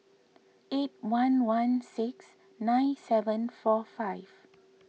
eight one one six nine seven four five